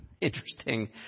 interesting